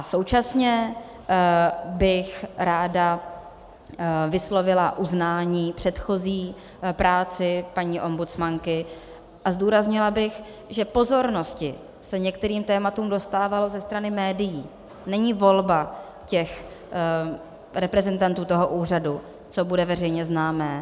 Současně bych ráda vyslovila uznání předchozí práci paní ombudsmanky a zdůraznila bych, že pozornosti se některým tématům dostávalo ze strany médií, není volba reprezentantů toho úřadu, co bude veřejně známé.